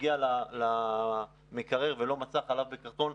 הגיע למקרר ולא מצא חלב בקרטון,